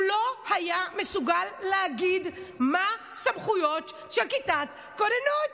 הוא לא היה מסוגל להגיד מה סמכויות של כיתת כוננות.